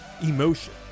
emotion